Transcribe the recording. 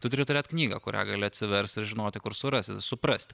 tu turi turėt knygą kurią gali atsiversti ir žinoti kur surasti suprasti